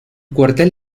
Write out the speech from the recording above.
cuartel